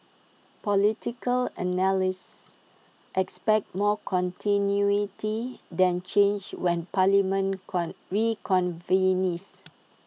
political analysts expect more continuity than change when parliament reconvenes